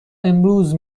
امروز